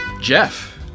Jeff